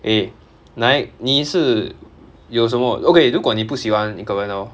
eh 来你是有什么 okay 如果你不喜欢一个人 hor